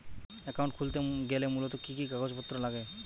Account খুলতে গেলে মূলত কি কি কাগজপত্র লাগে?